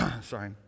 Sorry